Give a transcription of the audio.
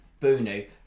Bunu